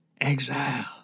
Exile